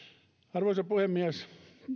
arvoisa herra puhemies